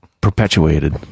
perpetuated